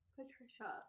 Patricia